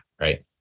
Right